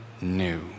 new